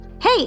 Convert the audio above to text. Hey